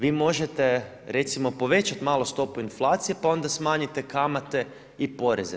Vi možete recimo povećati malo stopu inflacije pa onda smanjite kamate i poreze.